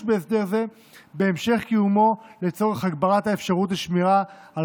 בהסדר זה בהמשך קיומו לצורך הגברת האפשרות לשמירה על